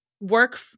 work